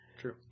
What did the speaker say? True